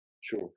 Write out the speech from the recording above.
Sure